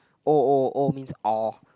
O O O means orh